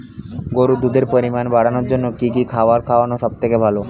গরুর দুধের পরিমাণ বাড়ানোর জন্য কি খাবার খাওয়ানো সবথেকে ভালো?